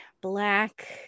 Black